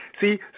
See